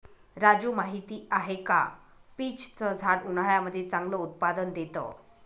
राजू माहिती आहे का? पीच च झाड उन्हाळ्यामध्ये चांगलं उत्पादन देत